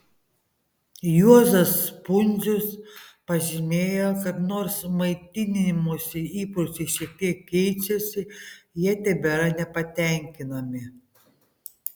juozas pundzius pažymėjo kad nors maitinimosi įpročiai šiek tek keičiasi jie tebėra nepatenkinami